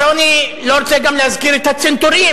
אני לא רוצה להזכיר גם את הצנתורים.